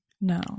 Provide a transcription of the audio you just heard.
No